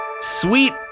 Sweet